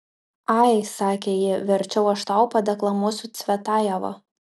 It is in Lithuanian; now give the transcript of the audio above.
ai sakė ji verčiau aš tau padeklamuosiu cvetajevą